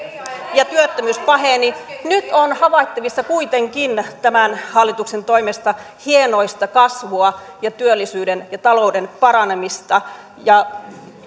ja työttömyys paheni nyt on havaittavissa kuitenkin tämän hallituksen toimesta hienoista kasvua ja työllisyyden ja talouden paranemista